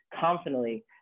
confidently